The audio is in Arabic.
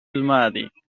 الماضي